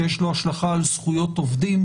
שיש לו השלכה על זכויות עובדים,